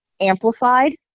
amplified